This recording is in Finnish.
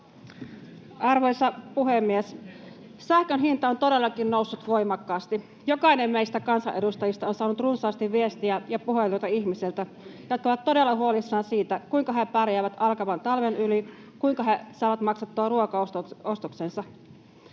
Arvoisa puhemies! Sähkön hinta on todellakin noussut voimakkaasti. Jokainen meistä kansanedustajista on saanut runsaasti viestejä ja puheluita ihmisiltä, [Jukka Kopra: Hallituspuolueet vaatii hallitukselta toimia!] jotka ovat todella huolissaan siitä, kuinka he pärjäävät alkavan talven yli, kuinka he saavat maksettua ruokaostoksensa.